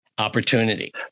Opportunity